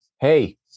hey